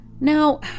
Now